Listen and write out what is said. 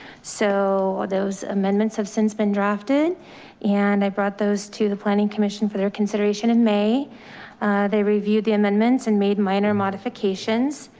so those amendments have since been drafted and i brought those to the planning commission for their consideration. and may they reviewed the amendments and made minor modifications.